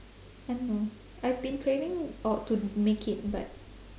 I don't know I've been craving uh to make it but